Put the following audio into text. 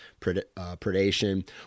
predation